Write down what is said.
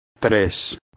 Tres